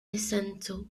esenco